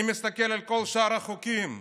אני מסתכל על כל שאר החוקים: